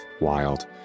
Wild